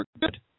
good